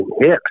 hit